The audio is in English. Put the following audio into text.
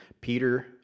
Peter